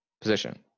position